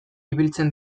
ibiltzen